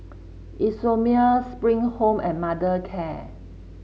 Isomil Spring Home and Mothercare